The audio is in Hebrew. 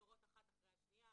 נסגרות אחת אחרי השנייה,